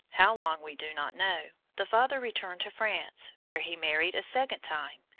how long we do not know, the father returned to france, where he married a second time,